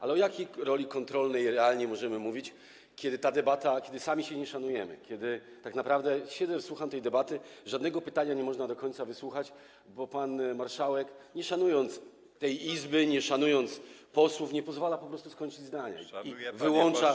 Ale o jakiej roli kontrolnej realnie możemy mówić, kiedy jest ta debata, kiedy sami się nie szanujemy, kiedy tak naprawdę siedzę, słucham tej debaty, żadnego pytania nie można do końca wysłuchać, bo pan marszałek, nie szanując tej Izby, nie szanując posłów, nie pozwala po prostu skończyć zdania i wyłącza.